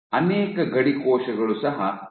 ಅನೇಕ ಗಡಿ ಕೋಶಗಳು ಸಹ ಸಾಯುತ್ತವೆ